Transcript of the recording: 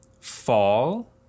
fall